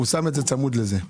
הוא שם את זה צמוד לזה.